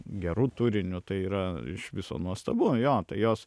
geru turiniu tai yra iš viso nuostabu jo tai jos